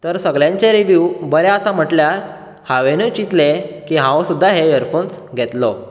तर सगल्यांचें रिव्यू बरें आसा म्हटल्यार हांवेंनुय चितले की हांव सुद्दां हे यरफोन्स घेतलो